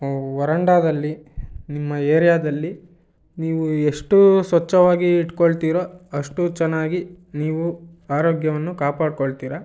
ವ್ ವರಾಂಡದಲ್ಲಿ ನಿಮ್ಮ ಏರಿಯಾದಲ್ಲಿ ನೀವು ಎಷ್ಟು ಸ್ವಚ್ಛವಾಗಿ ಇಟ್ಟುಕೊಳ್ತೀರೋ ಅಷ್ಟು ಚೆನ್ನಾಗಿ ನೀವು ಆರೋಗ್ಯವನ್ನು ಕಾಪಾಡಿಕೊಳ್ತೀರ